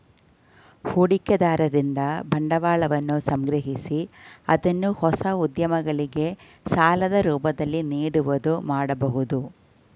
ಹೂಡಿಕೆದಾರರಿಂದ ಬಂಡವಾಳವನ್ನು ಸಂಗ್ರಹಿಸಿ ಅದನ್ನು ಹೊಸ ಉದ್ಯಮಗಳಿಗೆ ಸಾಲದ ರೂಪದಲ್ಲಿ ನೀಡುವುದು ಮಾಡಬಹುದು